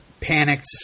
panicked